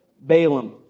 Balaam